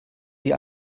sie